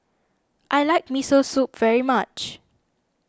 I like Miso Soup very much